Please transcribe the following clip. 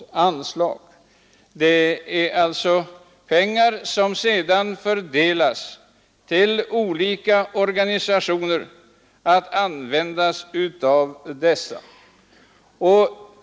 Det är alltså pengar som sedan fördelas till olika organisationer att användas av dessa.